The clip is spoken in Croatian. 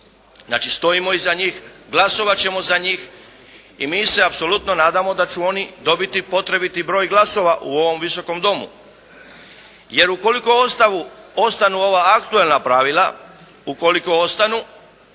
znači stojimo iza njih, glasovat ćemo za njih i mi se apsolutno nadamo da će oni dobiti potrebiti broj glasova u ovom Visokom domu. Jer ukoliko ostanu ova aktualna pravila, ukoliko ostanu,